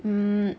um